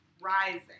rising